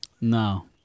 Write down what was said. No